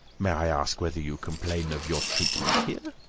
may i ask whether you complain of your treatment here?